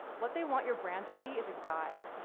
what they want your brand to be is a guide.